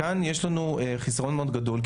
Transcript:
כאן יש לנו חיסרון מאוד גדול,